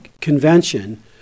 convention –